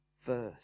first